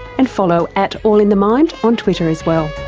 and follow at allinthemind on twitter as well.